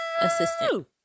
assistant